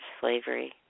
slavery